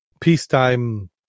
peacetime